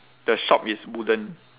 the shop is wooden